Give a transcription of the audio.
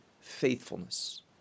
faithfulness